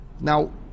Now